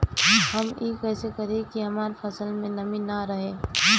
हम ई कइसे करी की हमार फसल में नमी ना रहे?